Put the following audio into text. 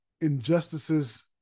injustices